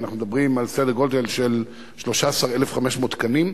אנחנו מדברים על סדר גודל של 13,500 תקנים.